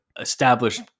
established